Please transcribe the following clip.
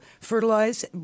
Fertilize